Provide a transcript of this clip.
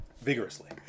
vigorously